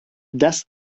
das